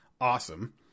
awesome